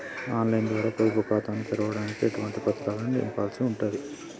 On line ద్వారా పొదుపు ఖాతాను తెరవడానికి ఎటువంటి పత్రాలను నింపాల్సి ఉంటది?